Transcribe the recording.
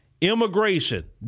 Immigration